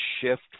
shift